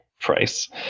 price